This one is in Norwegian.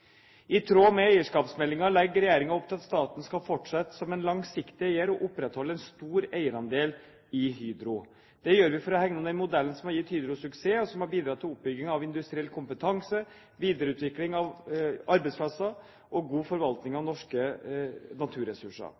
I tråd med eierskapsmeldingen legger regjeringen opp til at staten skal fortsette som en langsiktig eier og opprettholde en stor eierandel i Hydro. Det gjør vi for å hegne om den modellen som har gitt Hydro suksess, og som har bidratt til oppbygging av industriell kompetanse, videreutvikling av arbeidsplasser og god forvaltning av norske naturressurser.